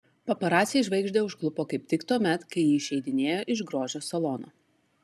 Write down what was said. paparaciai žvaigždę užklupo kaip tik tuomet kai ji išeidinėjo iš grožio salono